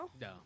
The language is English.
No